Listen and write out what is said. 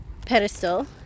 pedestal